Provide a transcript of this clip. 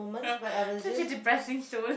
ya such a depressing soul